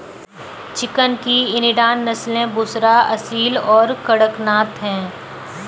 chicken की Indian नस्लें बुसरा, असील और कड़कनाथ हैं